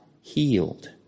healed